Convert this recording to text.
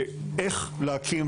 גם התקופה נקבעה בחוק.